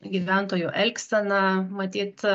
gyventojų elgsena matyt